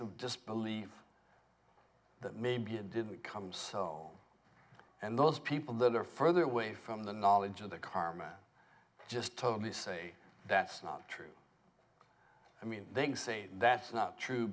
of disbelief that maybe it didn't come so on and those people that are further away from the knowledge of the karma just totally say that's not true i mean they can say that's not true